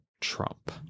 Trump